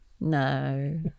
No